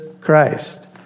Christ